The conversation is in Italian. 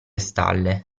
stalle